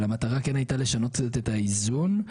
המטרה הייתה לשנות קצת את האיזון,